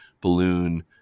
balloon